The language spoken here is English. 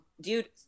Dude